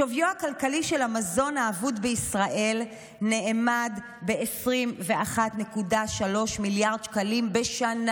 שוויו הכלכלי של המזון האבוד בישראל נאמד ב-21.3 מיליארד שקלים בשנה.